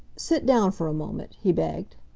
sit down for a moment, he begged.